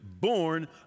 born